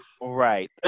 right